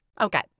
Okay